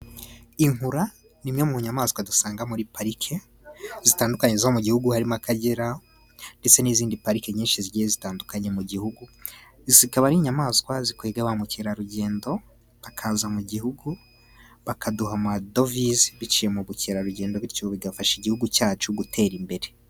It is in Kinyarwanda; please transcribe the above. Inkura ni imwe mu nyamaswa dusanga muri parike zitandukanye zo mu gihugu, harimo akagera ndetse n'izindi pariki nyinshi zigiye zitandukanye mu gihugu, zikaba ari inyamaswa zikwega ba mukerarugendo bakaza mu gihugu, bakaduha amadovize biciye mu bukerarugendo bityo bigafasha igihugu cyacu gutera imbere.